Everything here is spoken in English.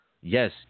yes